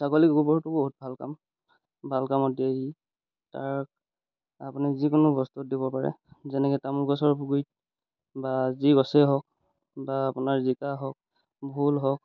ছাগলী গোবৰটো বহুত ভাল কাম ভাল কামত দিয়েহি তাৰ আপুনি যিকোনো বস্তুত দিব পাৰে যেনেকৈ তামোল গছৰ গুৰিত বা যি গছে হওক বা আপোনাৰ জিকা হওক ভোল হওক